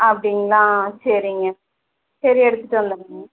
அப்படிங்ளா சரிங்க சரி எடுத்துட்டு வந்துடுறேங்க